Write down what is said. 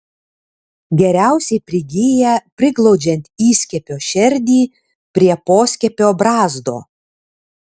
geriausiai prigyja priglaudžiant įskiepio šerdį prie poskiepio brazdo